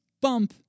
bump